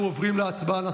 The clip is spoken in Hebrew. אנחנו עוברים להצבעה.